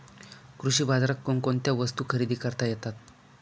कृषी बाजारात कोणकोणत्या वस्तू खरेदी करता येतात